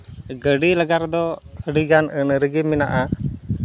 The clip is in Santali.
ᱜᱟᱹᱰᱤ ᱞᱟᱜᱟ ᱨᱮᱫᱚ ᱟᱹᱰᱤ ᱜᱟᱱ ᱟᱹᱱ ᱟᱹᱨᱤ ᱜᱮ ᱢᱮᱱᱟᱜᱼᱟ